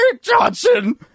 Johnson